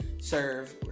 serve